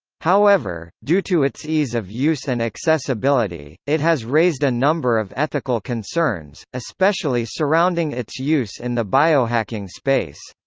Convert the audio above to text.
however, due to its ease of use and accessibility, it has raised a number of ethical concerns, especially surrounding its use in the biohacking space.